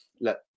look